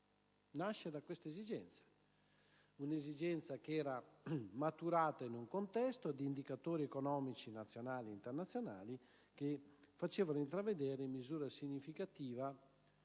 Nasce da questa esigenza; un'esigenza maturata in un contesto di indicatori economici nazionali e internazionali che facevano intravedere in misura significativa